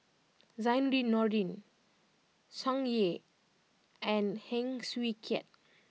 Zainudin Nordin Tsung Yeh and Heng Swee Keat